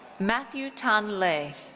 matthew thanh le.